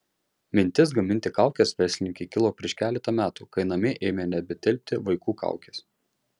mintis gaminti kaukes verslininkei kilo prieš keletą metų kai namie ėmė nebetilpti vaikų kaukės